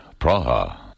Praha